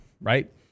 Right